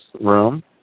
room